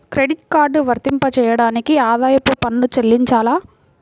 Credit card వర్తింపజేయడానికి ఆదాయపు పన్ను చెల్లించాలా?